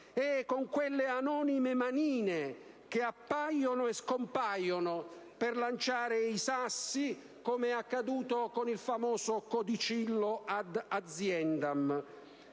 e con quelle anonime manine che appaiono e scompaiono per lanciare i sassi, come è accaduto con il famoso codicillo "ad aziendam".